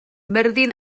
myrddin